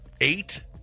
eight